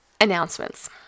Announcements